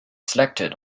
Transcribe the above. selected